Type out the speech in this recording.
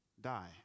die